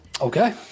okay